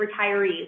retirees